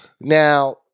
Now